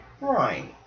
Right